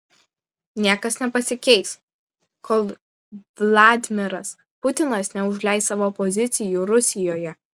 niekas nepasikeis kol vladimiras putinas neužleis savo pozicijų rusijoje